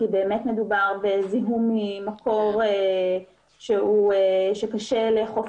כי באמת מדובר בזיהום ממקור שקשה לאכוף